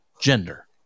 gender